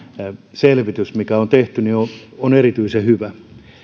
selvitys mikä on tehty on erityisen hyvä